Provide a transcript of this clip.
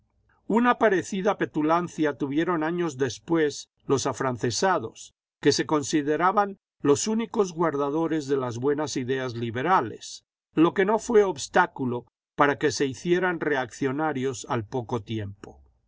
una parecida petulancia tuvieron años después los afrancesados que se consideraban los únicos guardadores de las buenas ideas liberales lo que no fué obstáculo para que se hicieran reaccionarios al poco tiempo